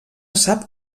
sap